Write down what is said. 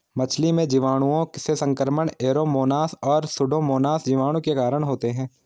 मछली में जीवाणुओं से संक्रमण ऐरोमोनास और सुडोमोनास जीवाणु के कारण होते हैं